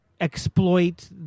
exploit